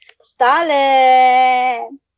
Stalin